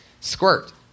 Squirt